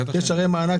בטח שאני מכיר.